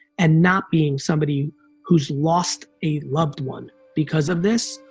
and not being somebody who's lost a loved one because of this,